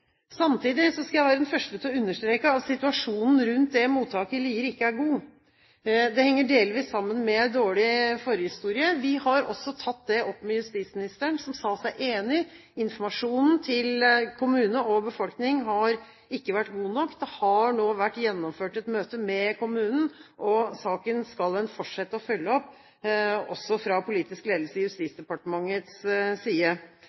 Samtidig skal jeg være den første til å understreke at situasjonen rundt mottaket i Lier ikke er god. Det henger delvis sammen med en dårlig forhistorie. Vi har også tatt det opp med justisministeren, som sa seg enig. Informasjonen til kommune og befolkning har ikke vært god nok. Det har nå vært gjennomført et møte med kommunen, og en skal fortsette med å følge opp saken – også fra politisk ledelse i